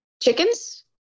chickens